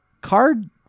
card